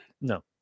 No